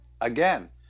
Again